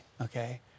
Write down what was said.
okay